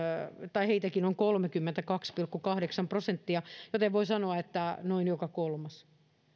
heitäkin on kolmekymmentäkaksi pilkku kahdeksan prosenttia joten voi sanoa että noin joka kolmas